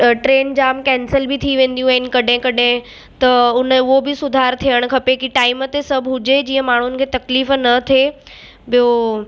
ट ट्रैन जामु कैंसिल बि थी वेंदियूं आहिनि कॾहिं कॾहिं त उ बि सुधारु थियणु खपे कि टाइम ते सभु हुजे जीअं माण्हुनि खे तकलीफ़ु न थिए